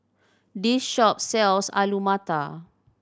this shop sells Alu Matar